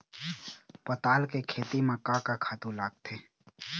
पताल के खेती म का का खातू लागथे?